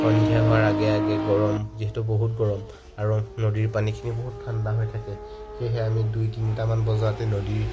সন্ধিয়া হোৱাৰ আগে আগে গৰম যিহেতু বহুত গৰম আৰু নদীৰ পানীখিনি বহুত ঠাণ্ডা হৈ থাকে সেইহে আমি দুই তিনিটামান বজাতে নদীৰ